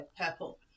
purple